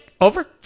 over